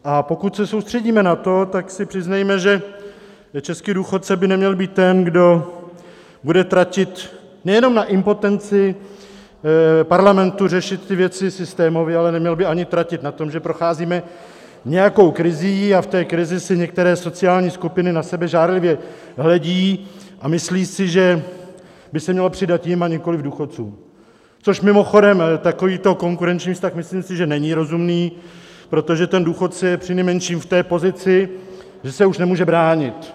A pokud se soustředíme na to, tak si přiznejme, že český důchodce by neměl být ten, kdo bude tratit nejenom na impotenci Parlamentu řešit ty věci systémově, ale neměl by tratit ani na tom, že procházíme nějakou krizí a v té krizi si některé sociální skupiny na sebe žárlivě hledí a myslí si, že by se mělo přidat jim, nikoliv důchodcům, což mimochodem takovýto konkurenční vztah, myslím si, že není rozumný, protože ten důchodce je přinejmenším v té pozici, že se už nemůže bránit.